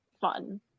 fun